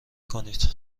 کنید